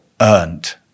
earned